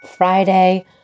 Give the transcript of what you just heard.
Friday